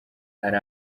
hari